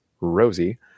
Rosie